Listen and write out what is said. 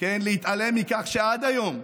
להתעלם מכך שעד היום,